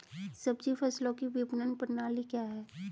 सब्जी फसलों की विपणन प्रणाली क्या है?